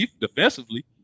defensively